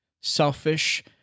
selfish